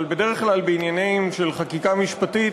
אבל בדרך כלל בעניינים של חקיקה משפטית